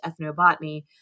Ethnobotany